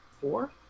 Four